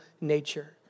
nature